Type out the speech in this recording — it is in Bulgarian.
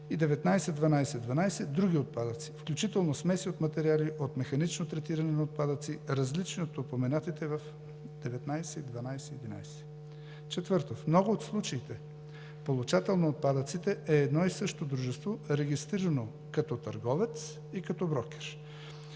и 191212 – други отпадъци, включително смеси от материали от механично третиране на отпадъци, различни от упоменатите в 191 11. Четвърто. В много от случаите получател на отпадъците е едно и също дружество, регистрирано като търговец и като брокер,